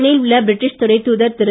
சென்னையில் உள்ள பிரட்டீஷ் துணைத் தூதர் திரு